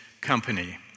company